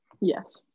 yes